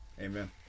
amen